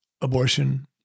abortion